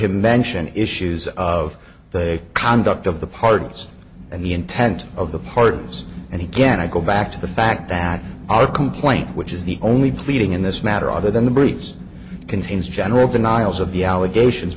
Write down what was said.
him mention issues of the conduct of the pardons and the intent of the pardons and again i go back to the fact that our complaint which is the only pleading in this matter other than the briefs contains general denials of the allegations